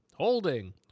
Holding